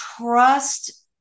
trust